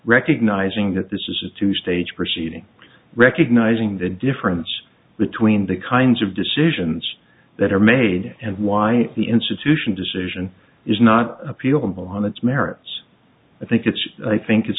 recognizing that this is a two stage proceeding recognizing the difference between the kinds of decisions that are made and why the institution decision is not appealable on its merits i think it's i think it's